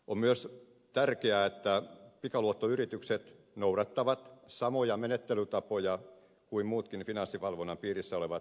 on myös tärkeää että pikaluottoyritykset noudattavat samoja menettelytapoja kuin muutkin finanssivalvonnan piirissä olevat luottolaitokset